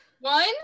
One